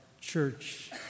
church